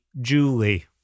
Julie